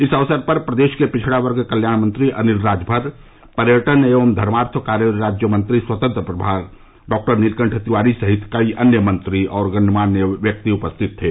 इस अवसर पर प्रदेश के पिछड़ा वर्ग कल्याण मंत्री अनिल राजमर पर्यटन एवं धर्मार्थ कार्य राज्यमंत्री स्वतंत्र प्रभार डॉक्टर नीलकंठ तिवारी सहित कई अन्य मंत्री और गणमान्य व्यक्ति उपस्थित थे